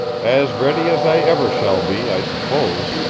as ready as i ever shall be, i suppose,